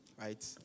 right